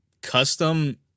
custom